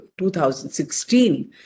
2016